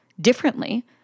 differently